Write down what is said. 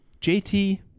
jt